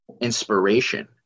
inspiration